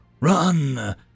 Run